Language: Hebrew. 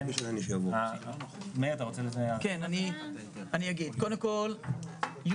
קודם כל,